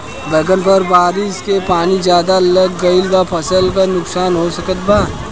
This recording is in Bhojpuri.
बैंगन पर बारिश के पानी ज्यादा लग गईला से फसल में का नुकसान हो सकत बा?